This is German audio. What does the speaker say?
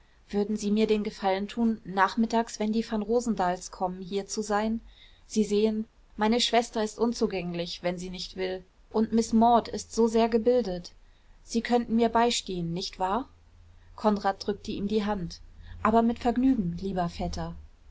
würden sie mir den gefallen tun nachmittags wenn die vanrosendahls kommen hier zu sein sie sehen meine schwester ist unzugänglich wenn sie nicht will und miß maud ist so sehr gebildet sie könnten mir beistehen nicht wahr konrad drückte ihm die hand aber mit vergnügen lieber vetter